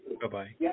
Bye-bye